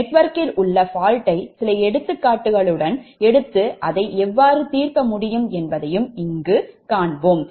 நெட்வொர்க்கில் உள்ள faultயை சில எடுத்துக்காட்டுகளுடன் எடுத்து அதை எவ்வாறு தீர்க்க முடியும் என்பதையும் இங்கு காண்போம்